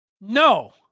No